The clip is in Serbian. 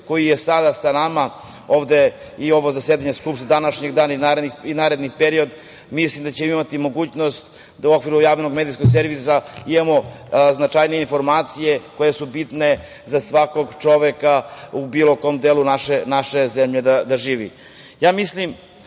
koji je sada sa nama i ovo zasedanje Skupštine, današnji dan i naredni period, mislim da ćemo imati mogućnost da u okviru javnog medijskog servisa imamo značajnije informacije koje su bitne za svakog čoveka u bilo kom delu naše zemlje da živi. Mislim,